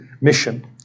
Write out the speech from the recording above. mission